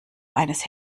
eines